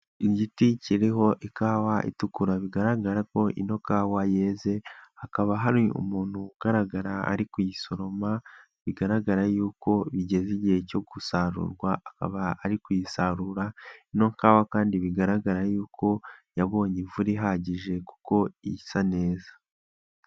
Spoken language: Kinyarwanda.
Igiti kiriho ikawa itukura bigaragara ko ino kawa yeze, hakaba hari umuntu ugaragara ari kuyisoroma, bigaragara yuko bigeze igihe cyo gusarurwa akaba ari kuyisarura, ino kawa kandi bigaragara yuko yabonye imvura ihagije kuko isa neza.